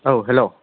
औ हेल'